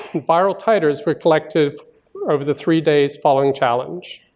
viral titers were collected over the three days following challenge.